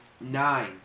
Nine